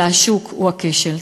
אלא השוק הוא הכשל.